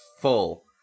full